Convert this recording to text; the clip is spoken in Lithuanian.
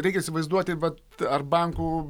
reikia įsivaizduoti vat ar bankų